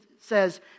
says